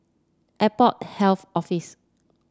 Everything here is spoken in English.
Airport Health Office